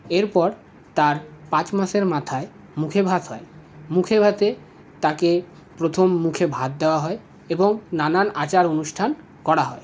এরপর তার পাঁচ মাসের মাথায় মুখে ভাত হয় মুখে ভাতে তাকে প্রথম মুখে ভাত দেওয়া হয় এবং নানান আচার অনুষ্ঠান করা হয়